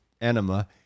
enema